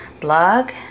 blog